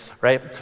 right